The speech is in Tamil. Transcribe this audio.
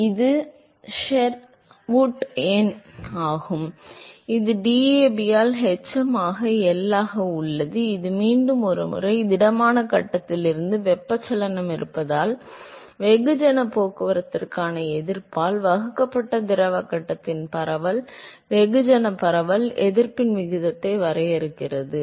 எனவே இது ஷெர்வுட் எண் ஆகும் இது DAB ஆல் hm ஆக L ஆக உள்ளது இது மீண்டும் ஒருமுறை திடமான கட்டத்தில் இருந்து வெப்பச்சலனம் இருப்பதால் வெகுஜன போக்குவரத்திற்கான எதிர்ப்பால் வகுக்கப்பட்ட திரவ கட்டத்தில் பரவல் வெகுஜன பரவல் எதிர்ப்பின் விகிதத்தை வரையறுக்கிறது